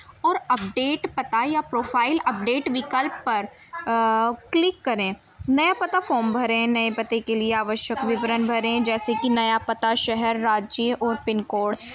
اور اپڈیٹ پتا یا پروفائل اپڈیٹ وکلپ پر کلک کریں نیا پتا فام بھریں نئے پتے کے لیے آوشک وورن بھریں جیسے کہ نیا پتا شہر راجیہ اور پنکوڈ